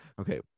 Okay